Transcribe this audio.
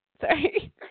Sorry